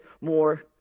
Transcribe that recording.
more